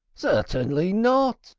certainly not,